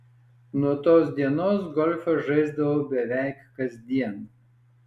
nuo tos dienos golfą žaisdavau beveik kasdien